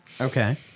Okay